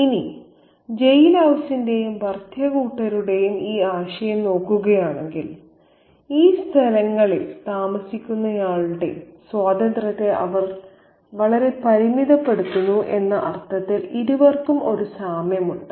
ഇനി ജയിൽ ഹൌസിന്റെയും ഭർതൃ കൂട്ടരുടെയും ഈ ആശയം നോക്കുകയാണെങ്കിൽ ഈ സ്ഥലങ്ങളിൽ താമസിക്കുന്നയാൾക്കുള്ള സ്വാതന്ത്ര്യത്തെ അവർ വളരെ പരിമിതപ്പെടുത്തുന്നു എന്ന അർത്ഥത്തിൽ ഇരുവർക്കും ഒരു സാമ്യമുണ്ട്